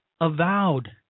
avowed